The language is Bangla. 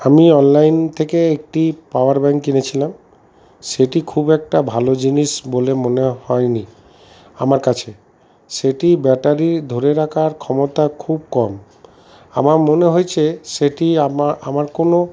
আমি অনলাইন থেকে একটি পাওয়ার ব্যাঙ্ক কিনেছিলাম সেটি খুব একটা ভালো জিনিস বলে মনে হয়নি আমার কাছে সেটি ব্যাটারি ধরে রাখার ক্ষমতা খুব কম আমার মনে হয়েছে সেটি আমার আমার কোনো